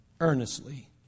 earnestly